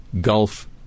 Gulf